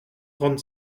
trente